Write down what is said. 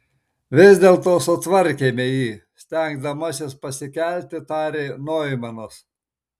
vis dėlto sutvarkėme jį stengdamasis pasikelti tarė noimanas